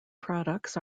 products